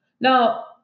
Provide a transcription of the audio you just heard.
Now